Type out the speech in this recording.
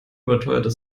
überteuerte